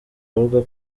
avuga